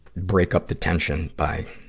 break up the tension by,